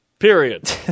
Period